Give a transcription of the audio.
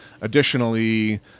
Additionally